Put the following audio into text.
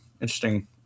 interesting